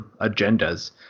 agendas